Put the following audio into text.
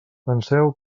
penseu